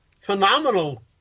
phenomenal